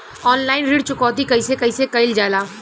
Online ऋण चुकौती कइसे कइसे कइल जाला?